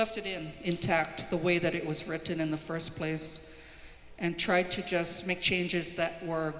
left it in intact the way that it was written in the first place and try to just make changes that w